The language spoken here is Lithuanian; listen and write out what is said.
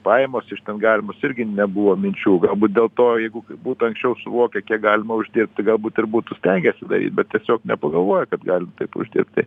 pajamos iš ten galimos irgi nebuvo minčių galbūt dėl to jeigu būtų anksčiau suvokę kiek galima uždirbti galbūt ir būtų stengęsi daryt bet tiesiog nepagalvoja kad galim taip uždirbt tai